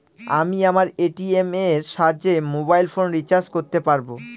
আমি আমার এ.টি.এম এর সাহায্যে মোবাইল ফোন রিচার্জ করতে পারব?